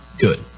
good